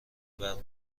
برق